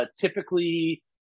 typically